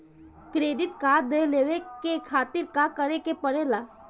Credit card लेवे के खातिर का करेके पड़ेला?